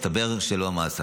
מסתבר שלא המס.